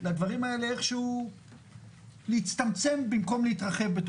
לדברים האלה איכשהו להצטמצם במקום להתרחב.